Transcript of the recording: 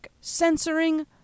censoring